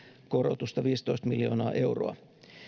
korotusta viisitoista miljoonaa euroa